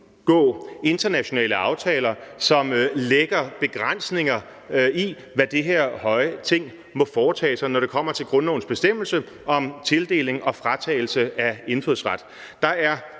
at indgå internationale aftaler, som lægger begrænsninger på, hvad det her høje Ting må foretage sig, når det kommer til grundlovens bestemmelse om tildeling og fratagelse af indfødsret.